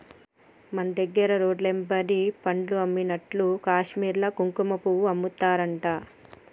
మన దగ్గర రోడ్లెమ్బడి పండ్లు అమ్మినట్లు కాశ్మీర్ల కుంకుమపువ్వు అమ్ముతారట